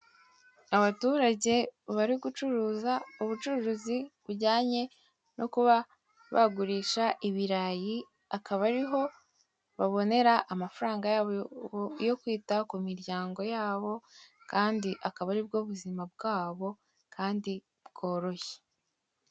Abaturage bari gucuruza ubucuruzi bujyanye no kuba bagurisha ibirayi, akaba ariho babonera amafaranga yabo yo kwita ku miryango yabo kandi akaba ari bwo buzima bwabo kandi bworoshye.